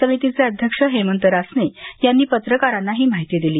समितीचे अध्यक्ष हेमंत रासने यांनी पत्रकारांना ही माहिती दिली